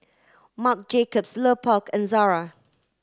Marc Jacobs Lupark and Zara